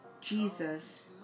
Jesus